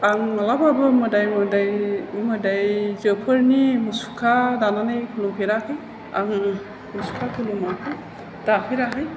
आं माब्लाबाबो मोदाय मोदायजोफोरनि मुसुखा दानानै खुलुमफेराखै आं मुसुखा खुलुमाखै दाफेराखै